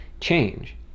change